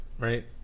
right